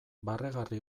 barregarri